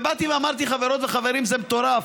ובאתי ואמרתי: חברות וחברים, זה מטורף.